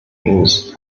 use